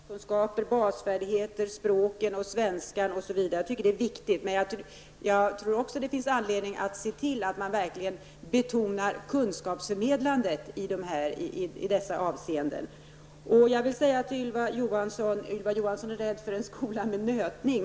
Herr talman! Jag tycker att det är bra att skolministern betonar baskunskaper, basfärdigheter, språken, svenska osv. Jag tycker att det är viktigt. Men jag tror också att det finns anledning att se till att man verkligen betonar kunskapsförmedlandet i dessa avseenden. Ylva Johansson är rädd för en skola med ''nötning''.